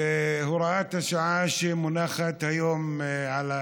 להוראת השעה שמונחת היום על השולחן.